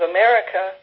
America